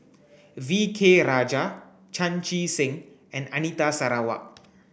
V K Rajah Chan Chee Seng and Anita Sarawak